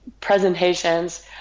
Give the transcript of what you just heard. presentations